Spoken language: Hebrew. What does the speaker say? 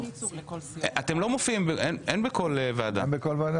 אין בכל ועדה?